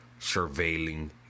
surveilling